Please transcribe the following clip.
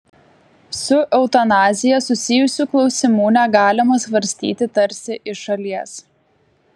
su eutanazija susijusių klausimų negalima svarstyti tarsi iš šalies